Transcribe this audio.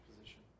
position